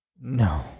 No